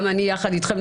גם אני נלחמתי יחד איתכם.